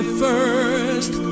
first